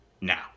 now